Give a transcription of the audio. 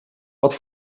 wat